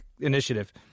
initiative